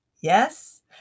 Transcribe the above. Yes